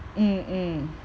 mm mm